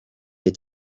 est